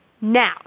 Now